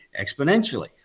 exponentially